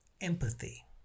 Empathy